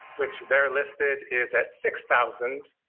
which there listed is at six thousand,